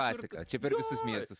klasika čia per visus miestus